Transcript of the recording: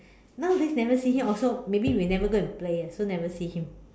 nowadays never see him also maybe because we never go and play so never see him